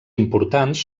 importants